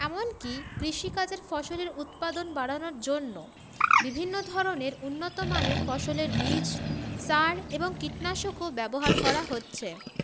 এমনকি কৃষিকাজের ফসলের উৎপাদন বাড়ানোর জন্য বিভিন্ন ধরনের উন্নতমানের ফসলের বীজ সার এবং কীটনাশকও ব্যবহার করা হচ্ছে